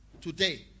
today